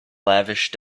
lavish